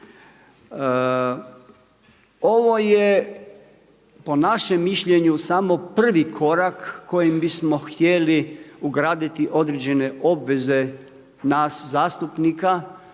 Ovo je po našem mišljenju samo prvi korak kojim bismo htjeli ugraditi određene obveze nas zastupnika